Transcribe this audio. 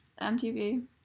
MTV